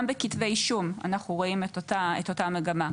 גם בכתבי אישום אנחנו רואים את אותה מגמה.